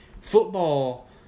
Football